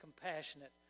compassionate